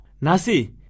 Nasi